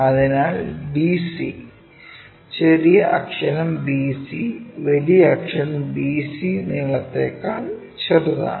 അതിനാൽ bc ചെറിയ അക്ഷരം bc വലിയ അക്ഷര BC നീളത്തേക്കാൾ ചെറുതാണ്